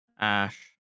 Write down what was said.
Ash